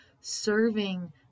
serving